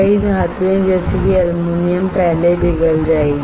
कई धातुएं जैसे कि एल्यूमीनियम पहले पिघल जाएगी